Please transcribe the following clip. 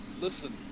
Listen